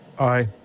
aye